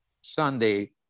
Sunday